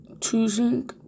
choosing